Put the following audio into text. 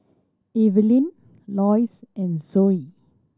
Evelyne Loyce and Zoie